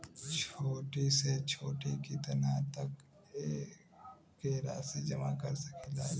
छोटी से छोटी कितना तक के राशि जमा कर सकीलाजा?